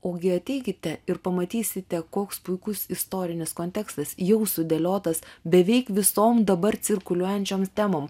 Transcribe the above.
ogi ateikite ir pamatysite koks puikus istorinis kontekstas jau sudėliotas beveik visom dabar cirkuliuojančiom temom